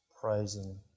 praising